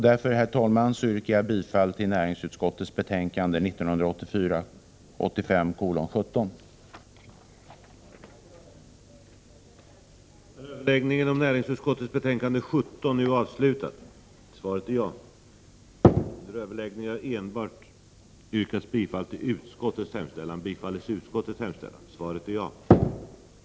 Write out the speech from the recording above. Därför, herr talman, yrkar jag bifall till företags skatteförhemställan i näringsutskottets betänkande 1984/85:17. hållanden